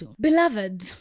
Beloved